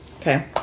Okay